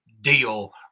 deal